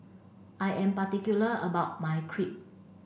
I am particular about my crepe